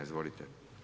Izvolite.